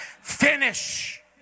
finish